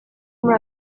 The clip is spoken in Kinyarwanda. muri